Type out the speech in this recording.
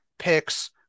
picks